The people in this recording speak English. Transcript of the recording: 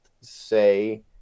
say